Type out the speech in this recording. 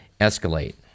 escalate